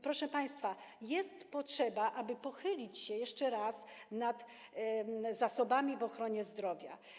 Proszę państwa, jest potrzeba pochylenia się jeszcze raz nad zasobami w ochronie zdrowia.